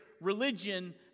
religion